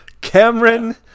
Cameron